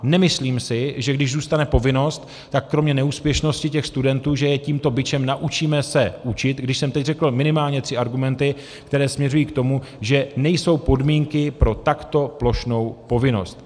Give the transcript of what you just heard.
Nemyslím si, že když zůstane povinnost, tak kromě neúspěšnosti studentů, že je tímto bičem naučíme se učit, když jsem teď řekl minimálně tři argumenty, které směřují k tomu, že nejsou podmínky pro takto plošnou povinnost.